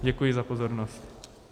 Děkuji za pozornost.